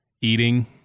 eating